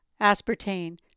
aspartame